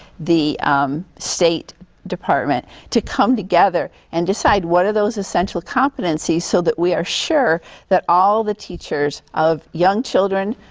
the state department, to come together and decide what are those essential competencies so that we are sure that all the teachers of young children,